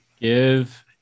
give